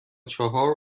چهار